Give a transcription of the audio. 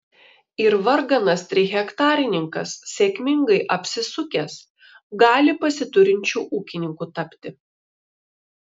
ir varganas trihektarininkas sėkmingai apsisukęs gali pasiturinčiu ūkininku tapti